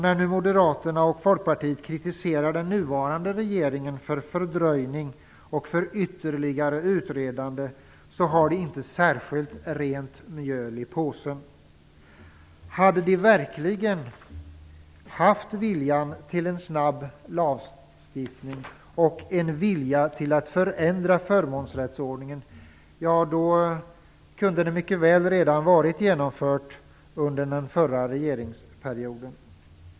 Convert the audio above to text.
När nu Moderaterna och Folkpartiet kritiserar den nuvarande regeringen för fördröjning och för ytterligare utredande har de inte särskilt rent mjöl i påsen. Hade de verkligen haft viljan till en snabb lagstiftning och en vilja till att förändra förmånsrättsordningen kunde det mycket väl ha genomförts redan under den förra regeringsperioden.